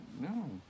No